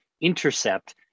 intercept